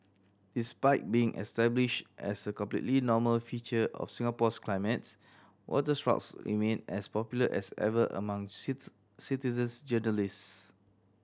despite being established as a completely normal feature of Singapore's climate waterspouts remain as popular as ever among citizen journalists